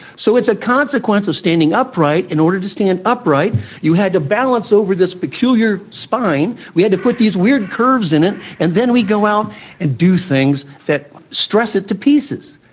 so it's a consequence of standing upright. in order to stand upright you had to balance over this peculiar spine, we had to put these weird curves in it, and then we go out and do things that stress it to pieces.